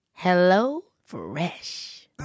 HelloFresh